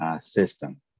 system